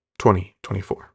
2024